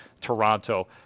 Toronto